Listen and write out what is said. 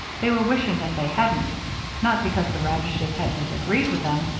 they were wishing that they hadn't not because the radishes had disagreed with them,